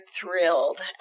thrilled